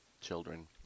children